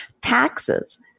Taxes